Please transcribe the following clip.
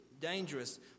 dangerous